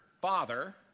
father